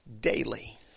daily